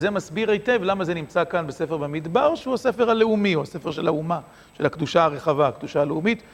זה מסביר היטב למה זה נמצא כאן בספר במדבר, שהוא הספר הלאומי, הוא הספר של האומה, של הקדושה הרחבה, הקדושה הלאומית.